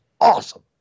awesome